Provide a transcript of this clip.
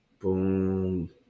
Boom